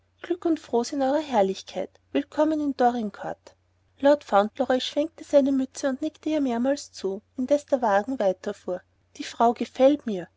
glück und frohsinn euer herrlichkeit willkommen in dorincourt lord fauntleroy schwenkte seine mütze und nickte ihr mehrmals zu indes der wagen weiter fuhr die frau gefällt mir